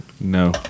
No